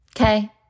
Okay